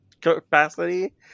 capacity